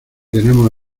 tenemos